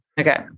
Okay